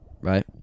right